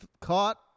caught